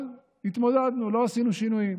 אבל התמודדנו, לא עשינו שינויים.